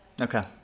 Okay